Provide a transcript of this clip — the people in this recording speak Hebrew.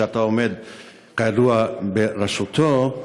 שאתה עומד כידוע בראשו,